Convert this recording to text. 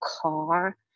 car